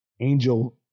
Angel